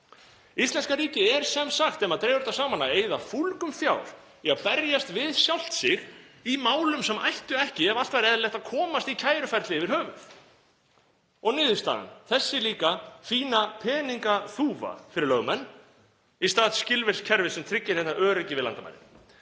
Íslenska ríkið er sem sagt, ef maður dregur þetta saman, að eyða fúlgum fjár í að berjast við sjálft sig í málum sem ættu ekki, ef allt væri eðlilegt, að komast í kæruferli yfirhöfuð. Niðurstaðan er þessi líka fína peningaþúfa fyrir lögmenn í stað skilvirks kerfis sem tryggir réttaröryggi við landamærin.